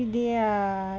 everyday ah